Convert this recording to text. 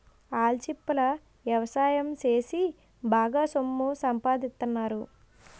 ఆల్చిప్పల ఎవసాయం సేసి బాగా సొమ్ము సంపాదిత్తన్నారు